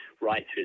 right